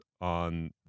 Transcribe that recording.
on